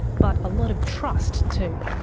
but a lot of trust too.